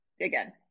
again